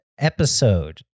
Episode